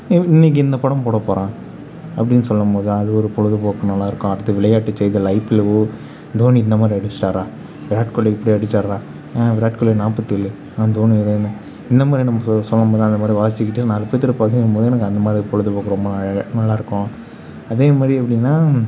எ இன்றைக்கி இந்த படம் போட போகிறான் அப்படின்னு சொல்லும் போது அது ஒரு பொழுது போக்கு நல்லாயிருக்கும் அடுத்து விளையாட்டு செய்திகள் ஐபிஎல் ஓ தோனி இந்தமாதிரி அடிச்சுட்டாரா விராட் கோலி இப்டி அடித்தாரா ஆ விராட்கோலி நாப்பத்தேழு ஆ தோனி ரெய்னா இந்தமாரி நம்ம சொல்லும்போது அந்தமாதிரி வாசித்துக்கிட்டு நாலு பேர்த்துகிட்ட பகிரும் போது எனக்கு அந்தமாதிரி பொழுதுபோக்கு ரொம்ப நல் நல்லாயிருக்கும் அதேமாதிரி எப்படின்னா